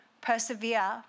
persevere